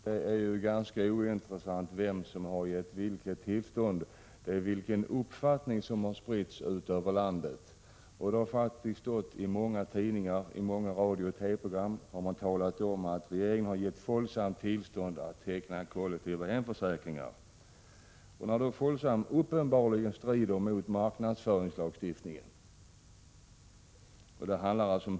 Fru talman! Det är ganska ointressant vem som har gett vilket tillstånd. Det gäller vilken uppfattning som har spritts ut över landet. I många tidningar har det stått och i många radiooch TV-intervjuer har det sagts att regeringen har gett Folksam tillstånd att teckna kollektiva hemförsäkringar. Folksams metoder strider uppenbarligen mot marknadsföringslagstiftningen.